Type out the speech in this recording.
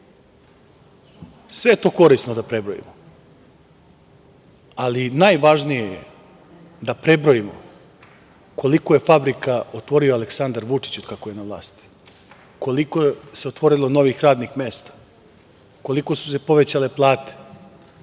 Sve je to korisno da prebrojimo, ali najvažnije je da prebrojimo koliko je fabrika otvorio Aleksandar Vučić od kada je na vlasti, koliko se otvorilo novih radnih mesta, koliko su se povećale plate,